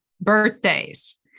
birthdays